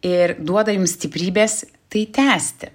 ir duoda jums stiprybės tai tęsti